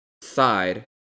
side